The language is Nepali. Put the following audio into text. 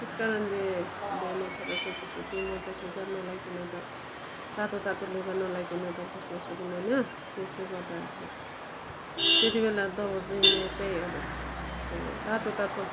त्यस कारणले बिहान उठेर टोपी सोपी मोजा सोजा नलाइकन त तातो तातो लुगा नलाइकन त बस्न सकिँदैन त्यसले गर्दा अब त्यतिबेला दौडिँदा चाहिँ अब तातो तातो